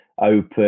open